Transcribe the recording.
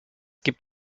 gibt